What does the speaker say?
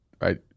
Right